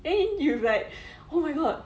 then you like oh my god